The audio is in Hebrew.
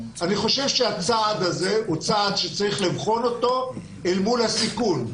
אני חושב שהצעד הזה הוא צעד שצריך לבחון אותו אל מול הסיכון,